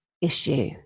issue